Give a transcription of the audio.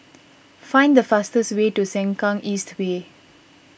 find the fastest way to Sengkang East Way